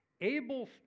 Abel's